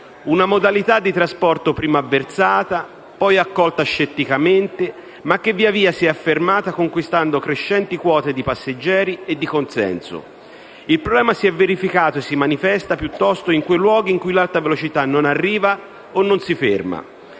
una modalità di trasporto prima avversata, poi accolta scetticamente, ma che via via si è affermata, conquistando crescenti quote di passeggeri e di consenso. Il problema si è verificato e si manifesta piuttosto in quei luoghi in cui l'Alta Velocità non arriva o non si ferma.